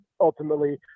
Ultimately